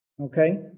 Okay